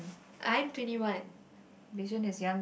I'm twenty one